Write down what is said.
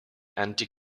anti